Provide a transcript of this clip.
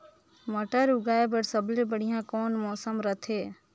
मटर उगाय बर सबले बढ़िया कौन मौसम रथे?